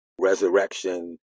resurrection